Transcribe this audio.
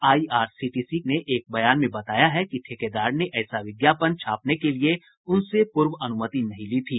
IRCTC ने एक बयान में बताया है कि ठेकेदार ने ऐसा विज्ञापन छापने के लिए उनसे पूर्व अनुमति नहीं ली थी